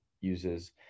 uses